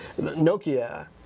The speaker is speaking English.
Nokia